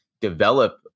develop